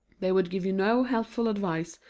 they would give you no helpful advice,